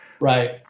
Right